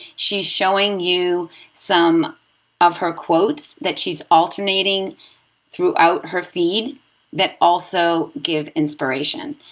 she's showing you some of her quotes that she's alternating throughout her feed that also give inspiration.